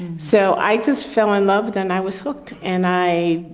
so i just fell in love then i was hooked and i.